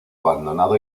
abandonado